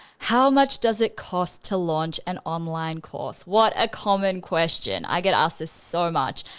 how much does it cost to launch an online course? what a common question. i get asked this so much.